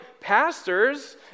pastors